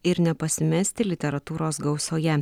ir nepasimesti literatūros gausoje